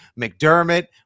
McDermott